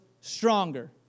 stronger